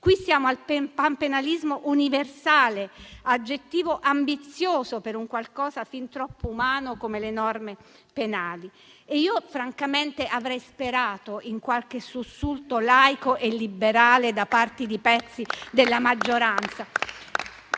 Qui siamo al panpenalismo universale: aggettivo ambizioso per un qualcosa fin troppo umano, come le norme penali. Francamente avrei sperato in qualche sussulto laico e liberale da parti di pezzi della maggioranza.